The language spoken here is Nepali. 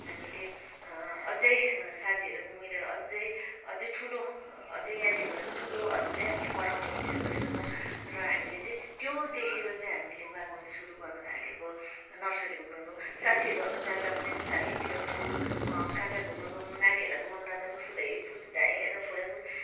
हामीले अझै साथीहरू मिलेर अझै अझै ठुलो अझै यहाँदेखि भन्दा पनि ठुलो अझै हामीले बढाउने इच्छा गरेका छौँ र हामीले चाहिँ त्यो देखेर चाहिँ हामीले बागवानी गर्न सुरू गर्न थालेको नर्सरी घुमेको साथीको घरमा जाँदा पनि चारैतिर फुल कहाँ कहाँ घुम्नु गयौँ नानीहरूलाई घुमाउन लाँदा पनि फुलै फुल जहीँ हेर्दा पनि फुलै फुल